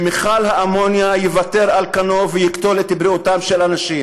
שמכל האמוניה ייוותר על כנו ויקטול את בריאותם של אנשים.